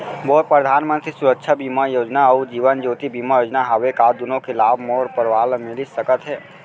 मोर परधानमंतरी सुरक्षा बीमा योजना अऊ जीवन ज्योति बीमा योजना हवे, का दूनो के लाभ मोर परवार ल मिलिस सकत हे?